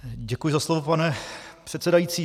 Děkuji za slovo, pane předsedající.